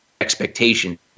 expectation